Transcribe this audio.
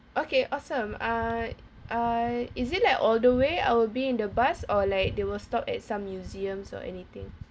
okay awesome uh I is it like all the way I will be in the bus or like they will stop at some museums or anything